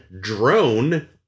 Drone